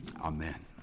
amen